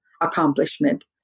accomplishment